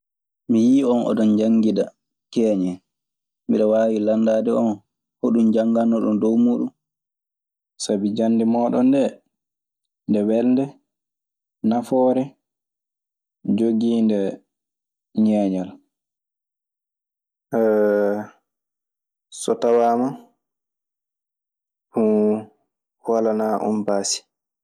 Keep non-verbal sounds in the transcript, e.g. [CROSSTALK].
"Mi yii on oɗon njanngida keeñen. Miɗe waawi landaade on hoɗun njannganoɗon doɗ muuɗun. Sabi jannde mooɗon ndee, nde welnde, nafoore, jogiinde ñeeñal." [HESITATION] so tawaama [HESITATION] walanaa on baasi.